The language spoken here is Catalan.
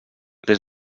des